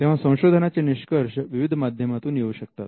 तेव्हा संशोधनाचे निष्कर्ष विविध माध्यमातून येऊ शकतात